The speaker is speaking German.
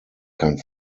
kein